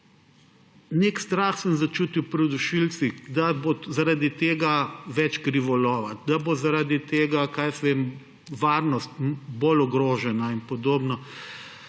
nek strah sem začutil pri dušilcih, da bo zaradi tega več krivolova, da bo zaradi tega, kaj jaz vem, varnost bolj ogrožena in podobno.